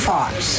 Fox